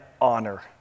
honor